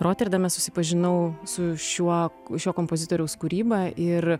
roterdame susipažinau su šiuo šio kompozitoriaus kūryba ir